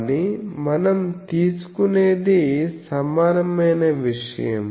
కానీ మనం తీసుకునేది సమానమైన విషయం